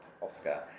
Oscar